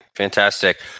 Fantastic